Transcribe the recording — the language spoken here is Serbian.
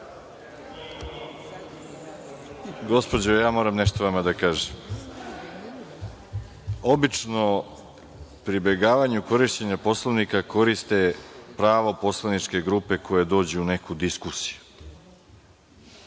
Gospođo moram nešto da vam kažem. Obično pribegavanju korišćenju Poslovnika koriste pravo poslaničke grupe koje dođu u neku diskusiju,